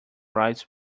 rights